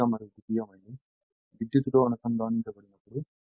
ప్రాధమిక మరియు ద్వితీయ వైండింగ్ విద్యుత్తుతో అనుసంధానించబడినప్పుడు